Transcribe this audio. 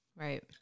Right